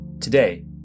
Today